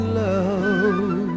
love